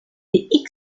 des